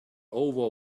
over